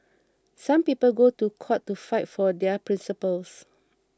some people go to court to fight for their principles